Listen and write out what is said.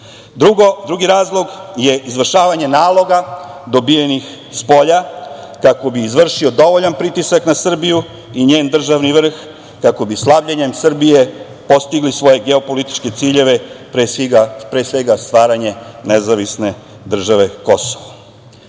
Drugi razlog je izvršavanje naloga dobijenih spolja, kako bi izvršio dovoljan pritisak na Srbiju i njen državni vrh, kako bi slabljenjem Srbije postigli svoje geopolitičke ciljeve, pre svega stvaranje nezavisne države Kosovo. Svi